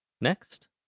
Next